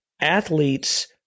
Athletes